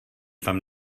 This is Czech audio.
tam